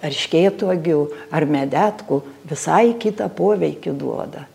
erškėtuogių ar medetkų visai kitą poveikį duoda